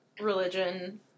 religion